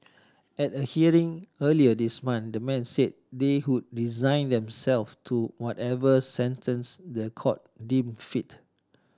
at a hearing earlier this month the men said they would resign themselves to whatever sentence the court deem fit